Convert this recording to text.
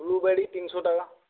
blueberry তিনশো টাকা